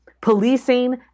policing